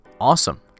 awesome